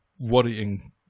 worrying